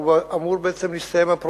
והפרויקט אמור בעצם להסתיים,